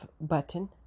button